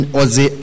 oze